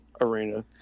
arena